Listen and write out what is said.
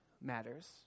matters